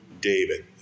David